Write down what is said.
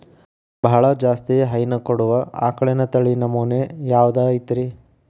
ಬಹಳ ಜಾಸ್ತಿ ಹೈನು ಕೊಡುವ ಆಕಳಿನ ತಳಿ ನಮೂನೆ ಯಾವ್ದ ಐತ್ರಿ?